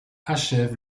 achève